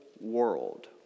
world